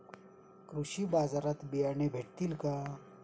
कृषी बाजारात बियाणे भेटतील का?